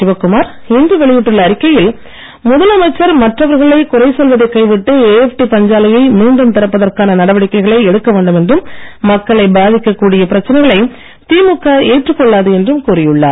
சிவகுமார் இன்று வெளியிட்டுள்ள அறிக்கையில் முதலமைச்சர் மற்றவர்களை குறை சொல்வதைக் கைவிட்டு ஏஎப்டி பஞ்சாலையை மீண்டும் திறப்பதற்கான நடவடிக்கைகளை எடுக்க வேண்டும் என்றும் மக்களை பாதிக்கக் கூடிய பிரச்சனைகளை திமுக ஏற்றுக் கொள்ளாது என்றும் கூறியுள்ளார்